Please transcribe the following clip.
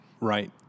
Right